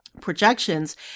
projections